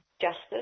justice